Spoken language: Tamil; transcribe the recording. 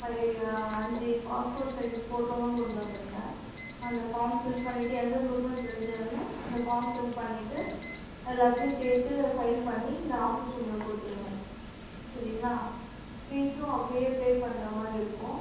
ஃபைவ் அஞ்சு பாஸ்போர்ட் சைஸ் போட்டோவும் கொண்டு வந்துடுங்க அந்த ஃபார்ம் ஃபில் பண்ணிவிட்டு எந்த குரூப்னு தெரிஞ்சோடனே அந்த ஃபார்ம் ஃபில் பண்ணிவிட்டு எல்லாத்தையும் சேர்த்து ஃபைல் பண்ணி இங்கே ஆஃபீஸ் ரூமில் கொடுத்துடுங்க சரிங்களா ஃபீஸும் அப்பயே பே பண்ணுற மாதிரி இருக்கும்